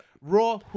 Raw